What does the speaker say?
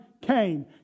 came